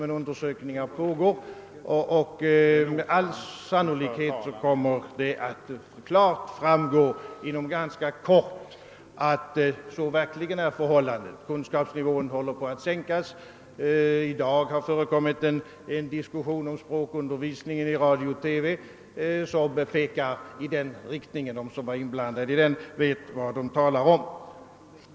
Men undersökningar pågår, och med all sannolikhet kommer det inom kort att klart visa sig att så verkligen är förhållandet; kunskapsnivån håller på att sänkas. I dag har det i radio och TV förekommit en diskussion om språkundervisningen som pekar i den riktningen; de som deltog i den diskussionen vet vad de talar om.